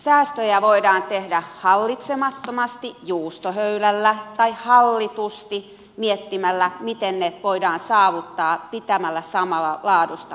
säästöjä voidaan tehdä hallitsemattomasti juustohöylällä tai hallitusti miettimällä miten ne voidaan saavuttaa pitämällä samalla laadusta huolta